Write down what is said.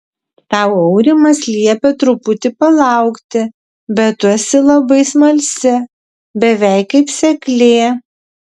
tau aurimas liepė truputį palaukti bet tu esi labai smalsi beveik kaip seklė